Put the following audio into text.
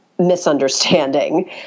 misunderstanding